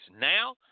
now